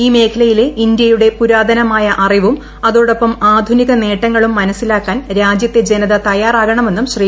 ഈ മേഖലയിലെ ഇന്ത്യയുടെ പുരാതനമായ അറിവും അതോടൊപ്പം ആധുനിക നേട്ടങ്ങളും മനസിലാക്കാൻ രാജ്യത്തെ ജനത തയ്യാറാകണമെന്നും ശ്രീ